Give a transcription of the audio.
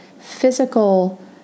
physical